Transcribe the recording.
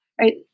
Right